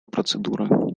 процедуры